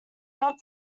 not